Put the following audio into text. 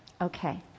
Okay